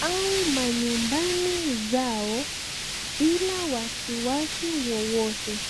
au manyumbani zao bila wasi wasi wowote